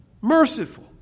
Merciful